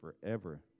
forever